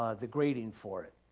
the grading for it.